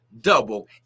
Double